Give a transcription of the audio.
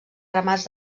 ramats